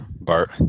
Bart